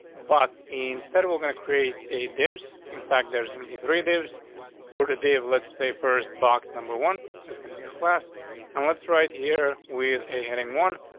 but instead we're gonna create a dips. in fact, there's gonna be three. there's what a day of let's say first box number one is gonna be in a class on and let's right here. we a heading one.